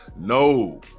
No